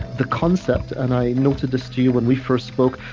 the concept, and i noted this to you when we first spoke,